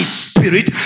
spirit